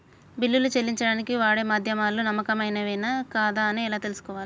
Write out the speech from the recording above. బిల్లులు చెల్లించడానికి వాడే మాధ్యమాలు నమ్మకమైనవేనా కాదా అని ఎలా తెలుసుకోవాలే?